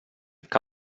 que